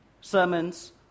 sermons